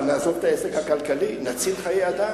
אבל נעזוב את העסק הכלכלי, נציל חיי אדם.